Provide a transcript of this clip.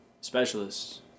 Specialists